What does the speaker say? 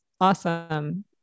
Awesome